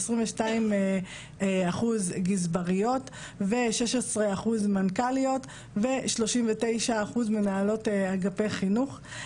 22% גזבריות ו-16% מנכ"ליות ו-39% מנהלות אגפי חינוך.